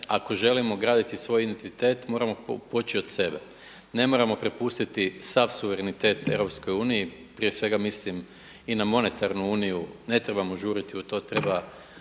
ako želimo graditi svoj identitet moramo poći od sebe. Ne moramo prepustiti sav suverenitet EU, prije svega mislim i na monetarnu uniju, ne trebamo žuriti u to. Treba